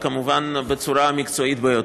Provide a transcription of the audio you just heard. וכמובן בצורה המקצועית ביותר.